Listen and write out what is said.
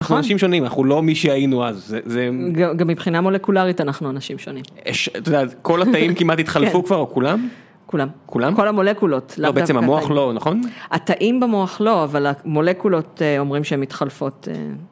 אנחנו אנשים שונים, אנחנו לא מי שהיינו אז, זה... גם מבחינה מולקולרית, אנחנו אנשים שונים. כל התאים כמעט התחלפו כבר, או כולם? כולם, כל המולקולות. לא, בעצם המוח לא, נכון? התאים במוח לא, אבל המולקולות אומרים שהן מתחלפות.